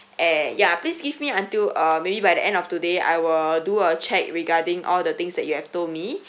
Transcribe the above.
and yeah please give me until uh maybe by the end of today I will do a check regarding all the things that you have told me